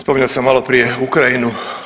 Spominjao sam malo prije Ukrajinu.